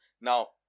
now